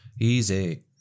Easy